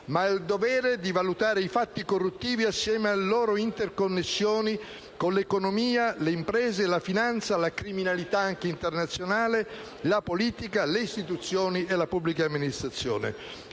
ma ha il dovere di valutare i fatti corruttivi assieme alle loro interconnessioni con l'economia, le imprese, la finanza, la criminalità - anche internazionale -, la politica, le istituzioni e la pubblica amministrazione.